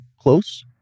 close